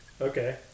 Okay